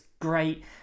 great